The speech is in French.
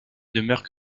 demeurent